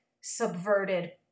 subverted